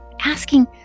asking